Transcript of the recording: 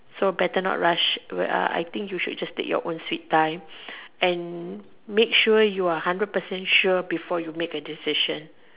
so better not rush I think you should just take your own sweet time and make sure you are hundred percent sure before you make a decision